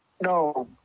No